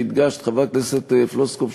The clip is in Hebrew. נגד ציבור מסוים.